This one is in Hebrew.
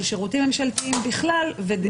שירותים ממשלתיים בכלל והדיוור הדיגיטלי בפרט.